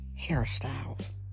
hairstyles